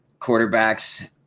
quarterbacks